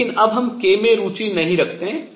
लेकिन अब हम k में रुचि नहीं रखते हैं